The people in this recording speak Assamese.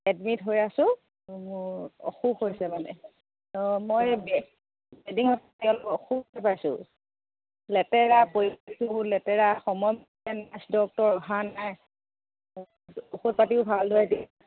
এডমিট হৈ আছোঁ মোৰ অসুখ হৈছে মানে মই বেডিং